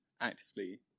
actively